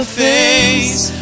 face